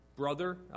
brother